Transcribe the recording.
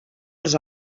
els